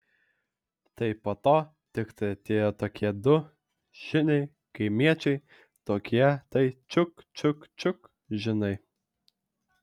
tai po to tiktai atėjo tokie du žinai kaimiečiai tokie tai čiuk čiuk čiuk žinai